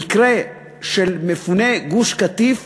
המקרה של מפוני גוש-קטיף